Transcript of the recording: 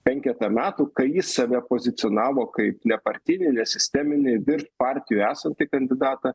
penketą metų kai jis save pozicionavo kaip nepartinį nesisteminį virš partijų esantį kandidatą